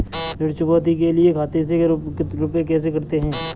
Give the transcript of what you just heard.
ऋण चुकौती के लिए खाते से रुपये कैसे कटते हैं?